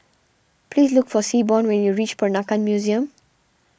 please look for Seaborn when you reach Peranakan Museum